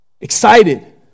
excited